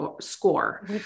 score